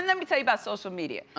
me tell you about social media.